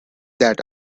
that